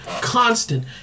constant